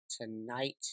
tonight